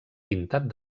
pintat